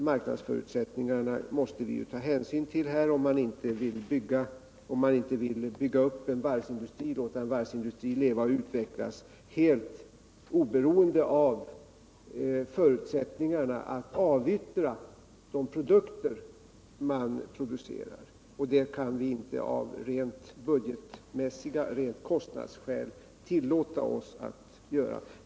Vi måste ta hänsyn till dessa marknadsförutsättningar om vi inte vill bygga upp en varvsindustri och låta den leva och utvecklas helt oberoende av förutsättningarna att kunna avyttra sina produkter. Av budgetmässiga skäl eller av kostnadsskäl kan vi inte tillåta oss att göra det.